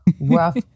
rough